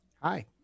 Hi